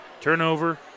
Turnover